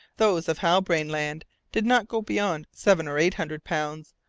those of halbrane land did not go beyond seven or eight hundred pounds,